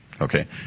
Okay